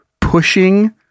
pushing